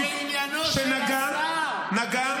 -- שעניינו של השר --- נגע,